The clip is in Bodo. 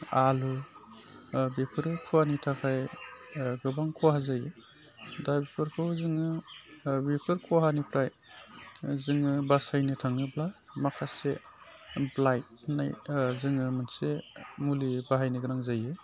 आलु बेफोरो खुवानि थाखाय गोबां खहा जायो दा बेफोरखौ जोङो बेफोर खहानिफ्राय जोङो बासायनो थाङोब्ला माखासे इमप्लाइ जोङो मोनसे मुलि बाहायनो गोनां जायो